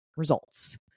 Results